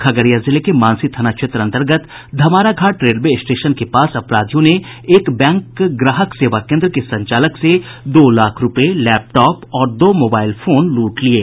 खगड़िया जिले के मानसी थाना क्षेत्र अंतर्गत धमारा घाट रेलवे स्टेशन के पास अपराधियों ने एक बैंक ग्राहक सेवा केन्द्र के संचालक से दो लाख रूपये लेपटॉप और दो मोबाईल फोन लूट लिये